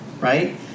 Right